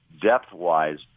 depth-wise